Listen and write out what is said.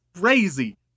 crazy